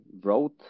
wrote